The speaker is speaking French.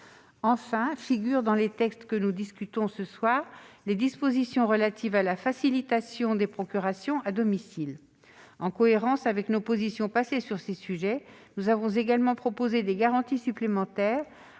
Enfin, figurent dans les textes que nous discutons ce soir les dispositions relatives à la facilitation des procurations à domicile. En cohérence avec nos positions passées sur ce sujet, nous avons également proposé des garanties supplémentaires